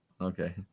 Okay